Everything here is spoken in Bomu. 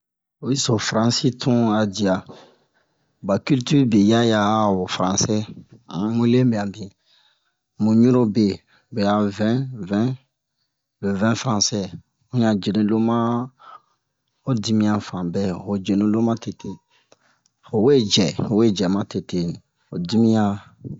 Oyi si fransi tun a diya ba kiltir be yaya a ho fransɛ mu yi lebian bin mu ɲurobe be be a vɛn vɛn le vɛn fransɛ ho ɲan jenu loma ho dimiyan fan bɛ ho jenu lo ma tete ho we jɛ ho we jɛ ma tete ho dimiyan